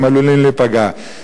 והם עלולים להיפגע.